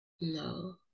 No